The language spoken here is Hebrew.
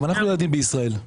גם אנחנו ילדים בישראל.